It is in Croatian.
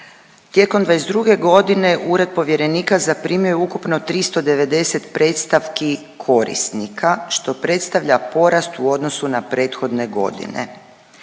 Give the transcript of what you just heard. tijekom '22. godine ured povjerenika zaprimio je ukupno 390 predstavki korisnika što predstavlja porast u odnosu na prethodne godine.